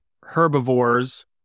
herbivores